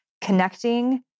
Connecting